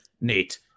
Nate